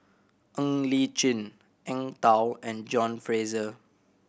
Ng Li Chin Eng Tow and John Fraser